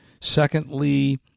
Secondly